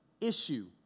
issue